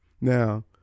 Now